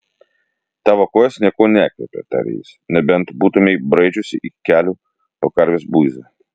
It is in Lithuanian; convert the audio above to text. tavo kojos niekuo nekvepia tarė jis nebent būtumei braidžiusi iki kelių po karvės buizą